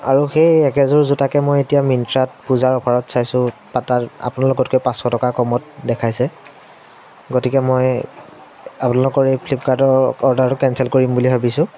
আৰু সেই একেযোৰ জোতাকে মই এতিয়া মিন্ত্ৰাত পূজাৰ অফাৰত চাইছোঁ তাত আপোনালোকতকৈ পাঁচশ টকা কমত দেখাইছে গতিকে মই আপোনালোকৰ এই ফ্লিপকাৰ্টৰ অৰ্ডাৰটো কেনচেল কৰিম বুলি ভাবিছোঁ